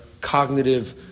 cognitive